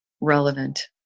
relevant